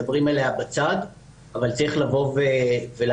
מדברים עליה בצד אבל צריך לבוא ולדבר